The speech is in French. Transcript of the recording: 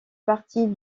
partie